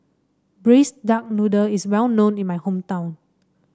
Braised Duck Noodle is well known in my hometown